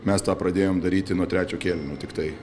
mes tą pradėjom daryti nuo trečio kėlinio tiktai